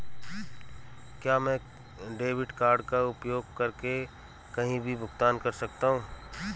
क्या मैं debit card का उपयोग करके कहीं भी भुगतान कर सकता हूं?